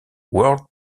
world